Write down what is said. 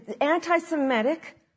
anti-Semitic